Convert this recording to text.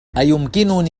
أيمكنني